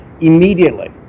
immediately